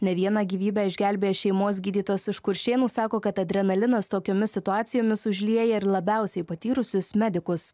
ne vieną gyvybę išgelbėjęs šeimos gydytojas iš kuršėnų sako kad adrenalinas tokiomis situacijomis užlieja ir labiausiai patyrusius medikus